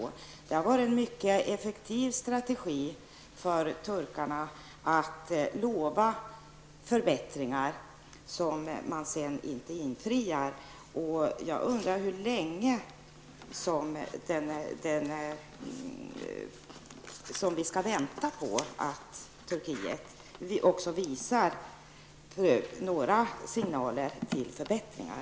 Det har varit en mycket effektiv strategi för turkarna att lova förbättringar som de sedan inte infriar. Jag undrar hur länge vi skall vänta på att Turkiet också visar några prov på förbättringar?